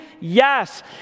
Yes